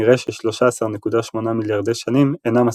נראה ש-13.8 מיליארדי שנה אינם מספיקים.